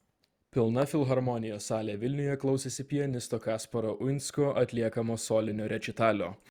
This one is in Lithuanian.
pilna filharmonijos salė vilniuje klausėsi pianisto kasparo uinsko atliekamo solinio rečitalio